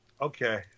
Okay